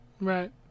Right